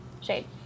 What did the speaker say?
shade